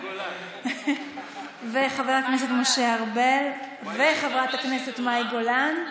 את חבר הכנסת משה ארבל ואת חברת הכנסת מאי גולן,